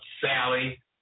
Sally